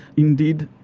indeed,